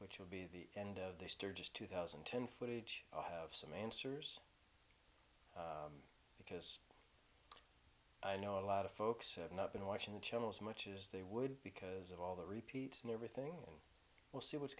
which will be the end of the sturgis two thousand and ten footage i'll have some answers because i know a lot of folks have not been watching the channels much as they would because of all the repeat and everything and we'll see what's